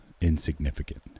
insignificant